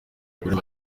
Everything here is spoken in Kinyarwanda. abagore